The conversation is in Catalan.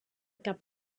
cap